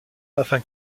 afin